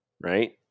right